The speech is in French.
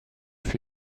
fui